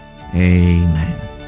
Amen